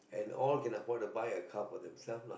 and all can afford to buy a car for themselves lah